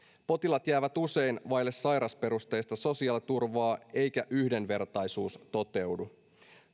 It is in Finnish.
potilaat jäävät usein vaille sairausperusteista sosiaaliturvaa eikä yhdenvertaisuus toteudu